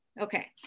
Okay